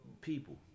people